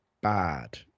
bad